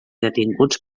detinguts